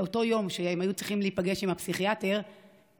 באותו יום שהם היו צריכים להיפגש עם הפסיכיאטר איילת